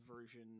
version